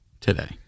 today